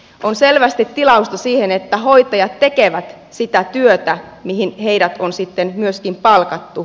on selvästi tilausta siihen että hoitajat tekevät sitä työtä mihin heidät on myöskin palkattu